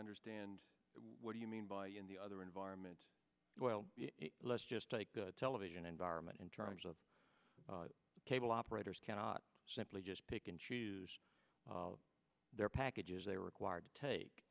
understand what do you mean by in the other environment well let's just take the television environment in terms of cable operators cannot simply just pick and choose their packages they were required to take